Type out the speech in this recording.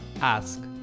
ask